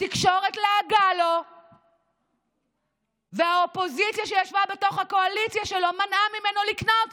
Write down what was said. התקשורת לעגה לו והאופוזיציה שישבה בתוך הקואליציה שלו מנעה ממנו לקנות,